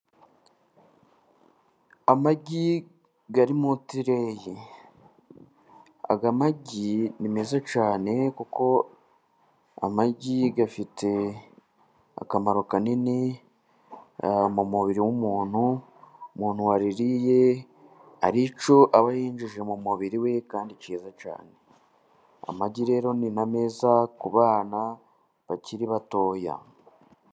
Amagi ari mu tireyi, aya magi ni meza cyane kuko amagi afite akamaro kanini mu mubiri w'umuntu, umuntu waririye hari icyo aba yinjije mu mubiri we kandi cyiza cyane. Amagi rero ni na meza ku bana bakiri batoya.